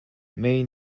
mei